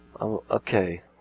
Okay